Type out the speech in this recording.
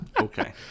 Okay